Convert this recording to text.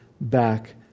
back